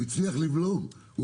הוא הצליח לבלום את